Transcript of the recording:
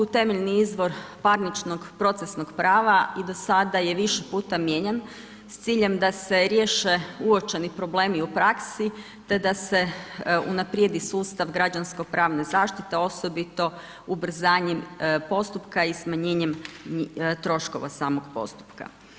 ZPP temeljni je izvor parničnog procesnog prava i do sada je više puta mijenjan s ciljem da se riješe uočeni problemi u praksi, te da se unaprijedi sustav građansko pravne zaštite, osobito ubrzanjem postupka i smanjenjem troškova samog postupka.